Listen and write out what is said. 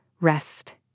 rest